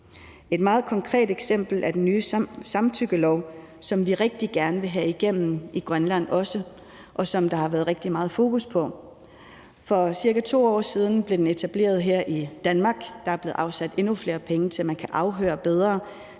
Et meget konkret eksempel er den nye samtykkelov, som vi også rigtig gerne vil have igennem i Grønland, og som der har været rigtig meget fokus på. For ca. 2 år siden blev den etableret her i Danmark. Der er blevet afsat endnu flere penge til, at man kan afhøre bedre,